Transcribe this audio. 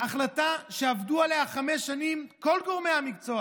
החלטה שעבדו עליה חמש שנים כל גורמי המקצוע